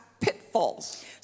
pitfalls